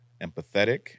empathetic